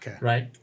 Right